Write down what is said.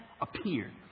appeared